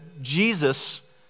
Jesus